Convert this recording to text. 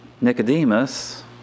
Nicodemus